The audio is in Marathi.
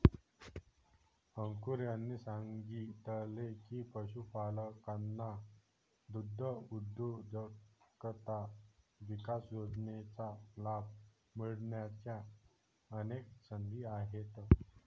अंकुर यांनी सांगितले की, पशुपालकांना दुग्धउद्योजकता विकास योजनेचा लाभ मिळण्याच्या अनेक संधी आहेत